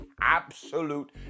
absolute